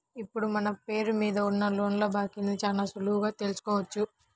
ఇప్పుడు మన పేరు మీద ఉన్న లోన్ల బాకీని చాలా సులువుగా తెల్సుకోవచ్చు